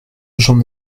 j’en